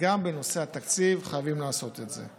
וגם בנושא התקציב חייבים לעשות את זה.